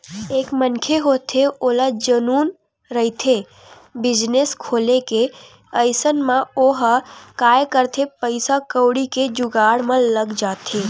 एक मनखे होथे ओला जनुन रहिथे बिजनेस खोले के अइसन म ओहा काय करथे पइसा कउड़ी के जुगाड़ म लग जाथे